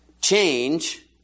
Change